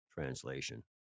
translation